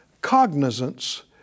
cognizance